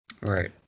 Right